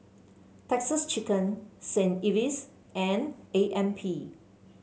Texas Chicken Saint Ives and A M P